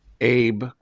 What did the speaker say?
Abe